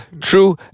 True